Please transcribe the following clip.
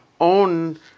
own